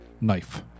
knife